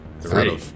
Three